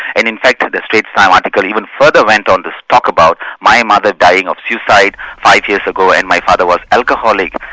and in fact, the straits times article even further went on to talk about my ah mother dying of suicide five years ago and my father was alcoholic,